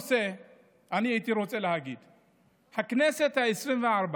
אני הייתי רוצה לדבר על עוד נושא: הכנסת העשרים-וארבע